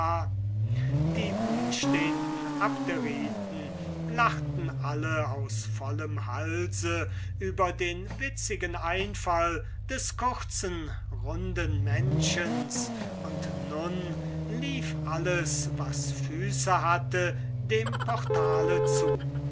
die umstehenden abderiten lachten alle aus vollem halse über den witzigen einfall des kurzen runden männchens und nun lief alles was füße hatte dem portale zu